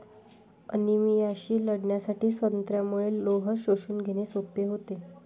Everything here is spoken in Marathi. अनिमियाशी लढण्यासाठी संत्र्यामुळे लोह शोषून घेणे सोपे होते